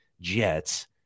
Jets